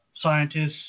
scientists